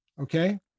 okay